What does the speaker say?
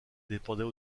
dépendait